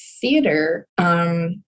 theater